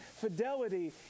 Fidelity